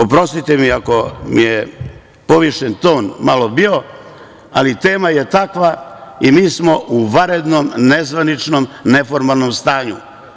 Oprostite mi ako mi je povišen ton malo bio, ali tema je takva i mi smo u vanrednom, nezvaničnom, neformalnom stanju.